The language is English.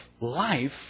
life